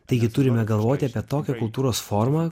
taigi turime galvoti apie tokią kultūros formą